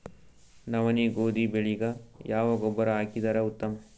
ನವನಿ, ಗೋಧಿ ಬೆಳಿಗ ಯಾವ ಗೊಬ್ಬರ ಹಾಕಿದರ ಉತ್ತಮ?